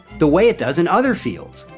the way it does in other fields?